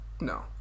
No